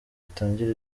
itangire